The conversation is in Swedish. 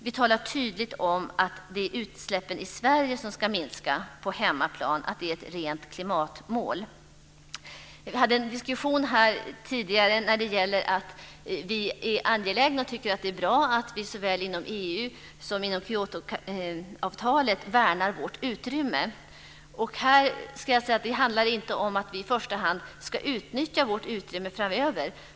Vi talar tydligt om att det är utsläppen i Sverige som ska minska, på hemmaplan. Det är ett rent klimatmål. Vi hade en diskussion här tidigare om att vi är angelägna om och tycker att det är bra att vi såväl inom EU som inom Kyotoavtalet värnar vårt utrymme. Här ska jag säga att det inte handlar om att vi i första hand ska utnyttja vårt utrymme framöver.